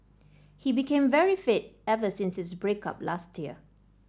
he became very fit ever since his break up last year